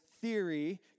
theory